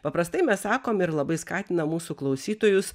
paprastai mes sakom ir labai skatinam mūsų klausytojus